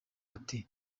ati